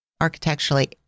architecturally